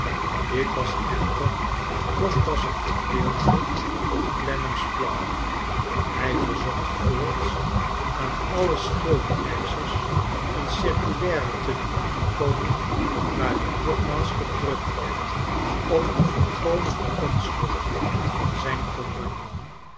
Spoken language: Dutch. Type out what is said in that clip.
dit was echter nog pas een gedeelte van clennam's plan hij verzoclit voorts aan alle schuldeischers een circulaire te doen toekomen waarin nogmaals gedrukt werd op de volkomen onschuld van zijn compagnon